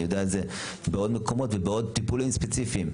אני יודע על זה בעוד מקומות ובעוד טיפולים ספציפיים.